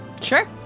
Sure